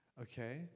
Okay